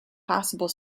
possible